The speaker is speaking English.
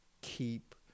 keep